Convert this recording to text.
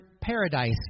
paradise